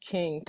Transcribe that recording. King